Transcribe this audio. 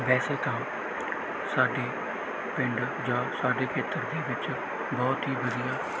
ਵੈਸੇ ਤਾਂ ਸਾਡੇ ਪਿੰਡ ਜਾਂ ਸਾਡੇ ਖੇਤਰ ਦੇ ਵਿੱਚ ਬਹੁਤ ਹੀ ਵਧੀਆ